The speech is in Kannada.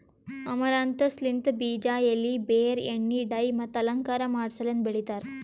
ಅಮರಂಥಸ್ ಲಿಂತ್ ಬೀಜ, ಎಲಿ, ಬೇರ್, ಎಣ್ಣಿ, ಡೈ ಮತ್ತ ಅಲಂಕಾರ ಮಾಡಸಲೆಂದ್ ಬೆಳಿತಾರ್